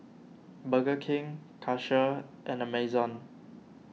Burger King Karcher and Amazon